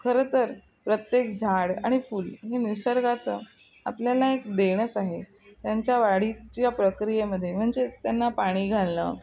खरंतर प्रत्येक झाड आणि फुल हे निसर्गाचं आपल्याला एक देणंच आहे त्यांच्या वाढीच्या प्रक्रियेमध्ये म्हणजेच त्यांना पाणी घालणं